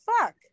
fuck